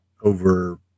over